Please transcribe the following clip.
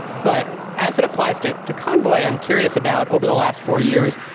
but as it applies to to convoy, i'm curious about over the last four years,